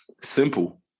simple